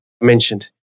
mentioned